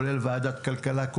לוועדת הכלכלה,